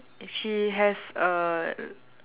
she has a